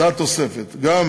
זו התוספת: גם